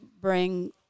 bring